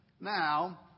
now